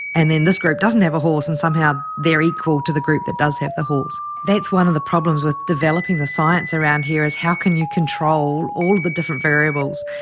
and then this group doesn't have a horse and somehow they are equal to the group that does have the horse. that's one of the problems with developing the science around here, is how can you control all the different variables,